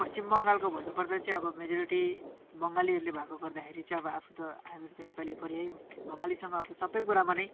पश्चिम बङ्गालको भन्नुपर्दा चाहिँ अब मेजोरिटी बङ्गालीहरूले भएको गर्दाखेरि चाहिँ अब आफू त हामीहरू त नेपाली पऱ्यौँ बङ्गालीसँग अब सबै कुरामा नै